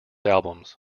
albums